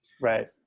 Right